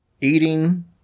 Eating